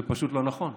זה פשוט לא נכון.